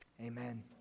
amen